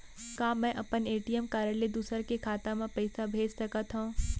का मैं अपन ए.टी.एम कारड ले दूसर के खाता म पइसा भेज सकथव?